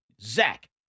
Zach